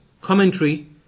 commentary